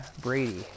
Brady